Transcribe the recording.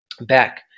back